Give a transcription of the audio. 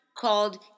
called